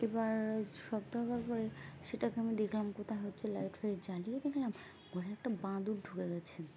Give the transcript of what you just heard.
এবার শব্দ হওয়ার পরে সেটাকে আমি দেখলাম কোথায় হচ্ছে লাইট ফাইট জ্বালিয়ে দেখলাম ঘরে একটা বাঁদর ঢুকে গেছে